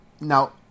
now